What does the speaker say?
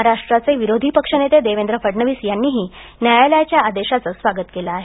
महाराष्ट्राचे विरोधी पक्ष नेते देवेंद्र फडणवीस यांनीही न्यायालयाच्या आदेशाचं स्वागत केलं आहे